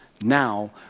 now